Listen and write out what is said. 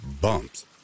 bumps